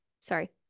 sorry